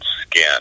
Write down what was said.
skin